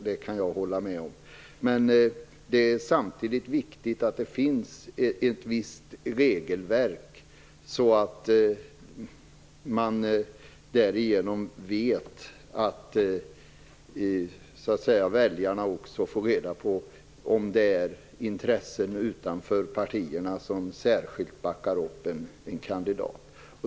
Det kan jag hålla med om, men samtidigt är det viktigt att det finns ett visst regelverk så att väljarna också får reda på om det är intressen utanför partierna som särskilt backar upp en kandidat.